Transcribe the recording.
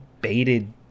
baited